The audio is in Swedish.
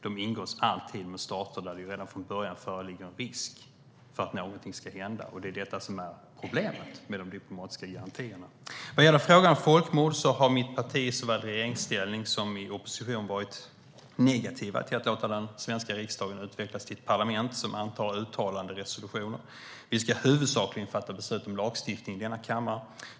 De ingås alltid med stater där det redan från början föreligger en risk för att någonting ska hända. Det är detta som är problemet med de diplomatiska garantierna. När det gäller frågan om folkmord har mitt parti såväl i regeringsställning som i opposition varit negativt till att låta den svenska riksdagen utvecklas till ett parlament som antar uttalanderesolutioner. Vi ska huvudsakligen fatta beslut om lagstiftning i denna kammare.